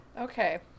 Okay